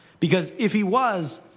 because, if he was,